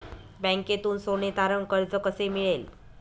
बँकेतून सोने तारण कर्ज कसे मिळेल?